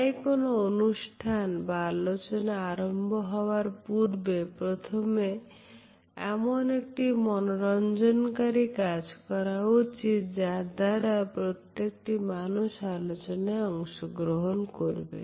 তুই কোন অনুষ্ঠান বা আলোচনা আরম্ভ হওয়ার পূর্বে প্রথমে এমন একটি মনোরঞ্জনকারী কাজ করা উচিত যার দ্বারা প্রত্যেকটি মানুষ আলোচনায় অংশগ্রহণ করবে